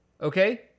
Okay